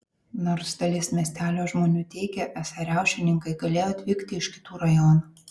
nors dalis miestelio žmonių teigė esą riaušininkai galėjo atvykti iš kitų rajonų